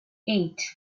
eight